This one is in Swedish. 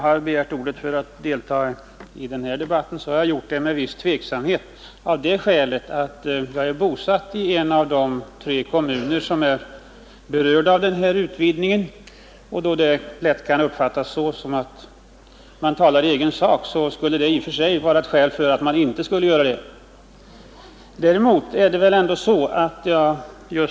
Herr talman! Jag har med en viss tveksamhet begärt ordet i denna debatt, eftersom jag är bosatt i en av de tre kommuner som är berörda av den aktuella utvidgningen. Ett skäl för att inte säga något skulle vara att det kunde uppfattas så att jag talar i egen sak.